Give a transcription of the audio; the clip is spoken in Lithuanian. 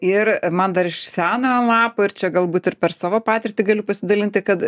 ir man dar iš senojo lapo ir čia galbūt ir per savo patirtį galiu pasidalinti kad